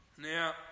Now